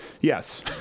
Yes